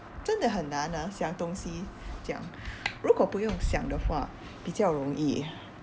真的很难啊想东西讲如果不用想的话比较容易